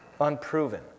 Unproven